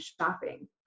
shopping